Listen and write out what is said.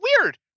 weird